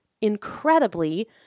incredibly